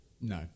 No